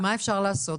אז מה אפשר לעשות?